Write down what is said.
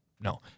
No